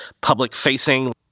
public-facing